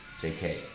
JK